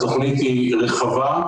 התוכנית היא רחבה.